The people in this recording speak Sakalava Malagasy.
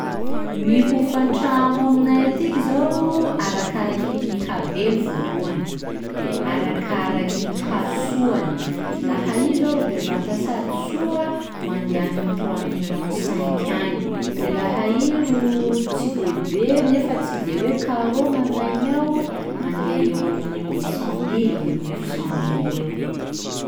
Gny hofan-tragno aminay atiky zao arakaraky ny habeny voalohany, de arakaraky ny hasoany, laha iha zao roy bevata sady soa, mandeha agny amin'ny trois millions cinq agny, de laha iha ro tsy de be nefa tsy de hoe carreaux magnaigny ao, mandeha eo aminy huit cent mily, neuf cent mily eo.